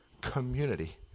Community